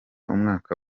umwaka